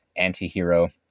antihero